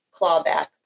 clawback